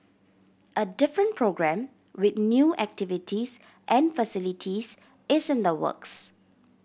a different programme with new activities and facilities is in the works